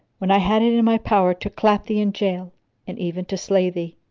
when i had it in my power to clap thee in jail and even to slay thee.